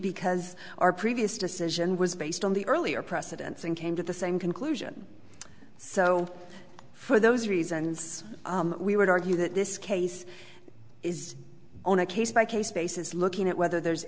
because our previous decision was based on the earlier precedents and came to the same conclusion so for those reasons we would argue that this case is on a case by case basis looking at whether there's